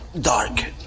dark